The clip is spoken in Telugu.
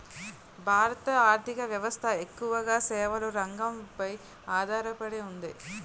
భారత ఆర్ధిక వ్యవస్థ ఎక్కువగా సేవల రంగంపై ఆధార పడి ఉంది